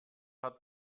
hat